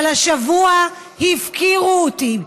אבל השבוע הפקירו אותי.